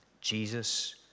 Jesus